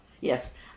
Yes